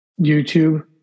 YouTube